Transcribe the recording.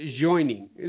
joining